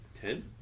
Ten